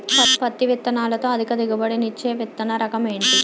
పత్తి విత్తనాలతో అధిక దిగుబడి నిచ్చే విత్తన రకం ఏంటి?